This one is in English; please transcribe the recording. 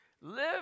Live